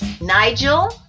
Nigel